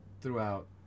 throughout